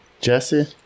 Jesse